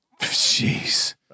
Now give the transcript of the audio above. Jeez